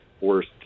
worst